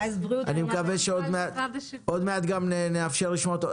אני מקווה שעוד מעט גם נאפשר לשמוע אותו.